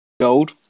gold